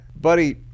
buddy